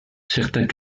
certains